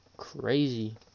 crazy